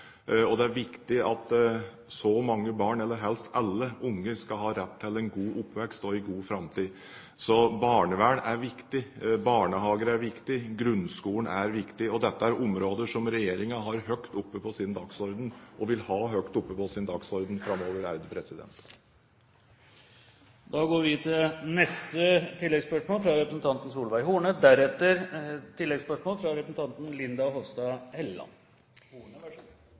Det er viktig at helst alle barn skal ha rett til en god oppvekst og en god framtid. Barnevern er viktig, barnehager er viktig, og grunnskolen er viktig. Dette er områder som regjeringen har høyt oppe på sin dagsorden og vil ha høyt oppe på sin dagsorden framover.